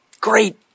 Great